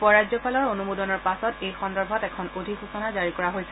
উপ ৰাজ্যপালৰ অনুমোদনৰ পাছত এই সন্দৰ্ভত এখন অধিসূচনা জাৰি কৰা হৈছে